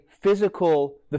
physical